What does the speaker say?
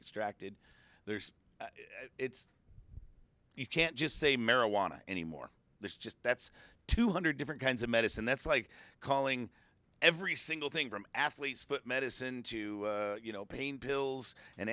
and there's it's you can't just say marijuana anymore there's just that's two hundred different kinds of medicine that's like calling every single thing from athlete's foot medicine to you know pain pills and